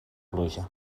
pluja